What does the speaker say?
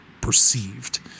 perceived